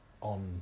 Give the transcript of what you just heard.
on